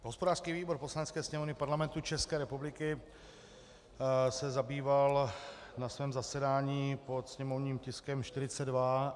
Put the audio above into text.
Hospodářský výbor Poslanecké sněmovny Parlamentu České republiky se tím zabýval na svém zasedání pod sněmovním tiskem 42.